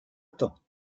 temps